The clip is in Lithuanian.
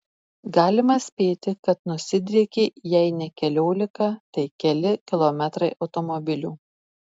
galima spėti kad nusidriekė jei ne keliolika tai keli kilometrai automobilių